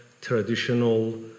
traditional